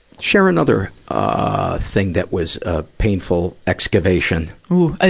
share another, ah, thing that was, ah, painful excavation. woo! ah